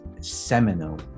seminal